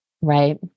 right